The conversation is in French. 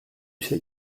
sais